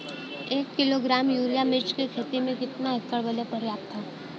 एक kilogram urea मिर्च क खेती में कितना एकड़ बदे पर्याप्त ह?